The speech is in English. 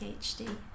PhD